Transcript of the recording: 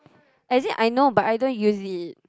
as in I know but I don't use it